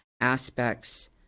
aspects